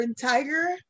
Tiger